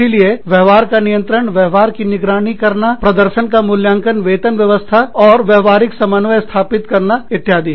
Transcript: इसीलिए व्यवहार का नियंत्रण करना व्यवहार की निगरानी करना हैप्रदर्शन का मूल्यांकन वेतन व्यवस्था तथा व्यवहारिक समन्वय स्थापित करना इत्यादि